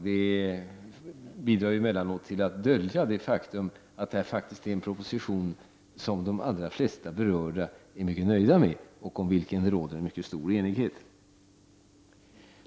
Den bidrar emellanåt till att dölja det faktum att de allra flesta berörda är mycket nöjda med och som denna proposition som har lagts fram och det råder en mycket stor enighet om.